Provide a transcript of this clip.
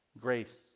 Grace